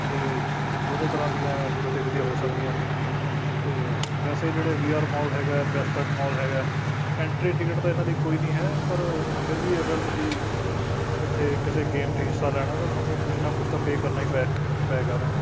ਅਤੇ ਦੋਨੋਂ ਤਰ੍ਹਾਂ ਦੀਆਂ ਗਤੀਵਿਧੀਆਂ ਹੋ ਸਕਦੀਆਂ ਨੇ ਅਤੇ ਵੈਸੇ ਜਿਹੜੇ ਵੀ ਆਰ ਮੋਲ ਹੈਗਾ ਬੈਸਟਕ ਮੋਲ ਹੈਗਾ ਐਂਟਰੀ ਟਿਕਟ ਤਾਂ ਇਹਨਾਂ ਦੀ ਕੋਈ ਨੀ ਹੈ ਪਰ ਫਿਰ ਵੀ ਅਗਰ ਤੁਸੀਂ ਉੱਥੇ ਕਿਸੇ ਗੇਮ 'ਚ ਹਿੱਸਾ ਲੈਣਾ ਤਾਂ ਤੁਹਾਨੂੰ ਕੁਝ ਨਾ ਕੁਝ ਤਾਂ ਪੇਅ ਕਰਨਾ ਹੀ ਪਏਗਾ ਉਹਨਾਂ ਨੂੰ